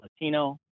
Latino